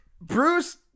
Bruce